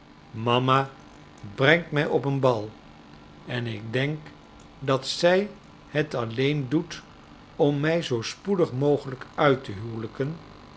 mama brengt mij op een bal en ik denk dat zij het alleen doet om mij zoo spoedig mogelijk uit te huwelijken